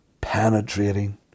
penetrating